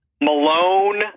Malone